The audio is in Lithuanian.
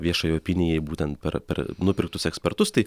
viešajai opinijai būtent per per nupirktus ekspertus tai